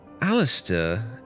Alistair